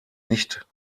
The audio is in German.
nicht